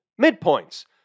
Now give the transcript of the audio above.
midpoints